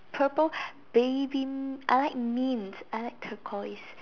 purple baby m~ I like mint I like turquoise